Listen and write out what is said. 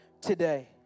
today